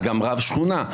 גם רב שכונה.